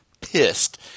pissed